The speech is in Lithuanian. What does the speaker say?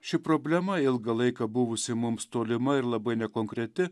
ši problema ilgą laiką buvusi mums tolima ir labai nekonkreti